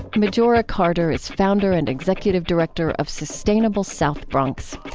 majora carter is founder and executive director of sustainable south bronx.